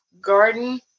Garden